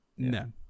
No